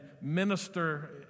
minister